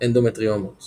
אנדומטריומות